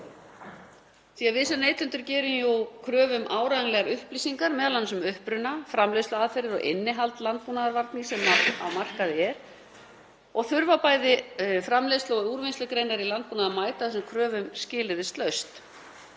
því að við sem neytendur gerum jú kröfu um áreiðanlegar upplýsingar, m.a. um uppruna, framleiðsluaðferðir og innihald landbúnaðarvarnings sem á markaði er. Hér þurfa bæði framleiðslu- og úrvinnslugreinar í landbúnaði að mæta þessum kröfum skilyrðislaust.